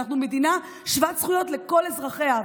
אנחנו מדינה שוות זכויות לכל אזרחיה.